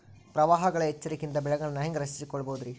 ಪ್ರವಾಹಗಳ ಎಚ್ಚರಿಕೆಯಿಂದ ಬೆಳೆಗಳನ್ನ ಹ್ಯಾಂಗ ರಕ್ಷಿಸಿಕೊಳ್ಳಬಹುದುರೇ?